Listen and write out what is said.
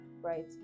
right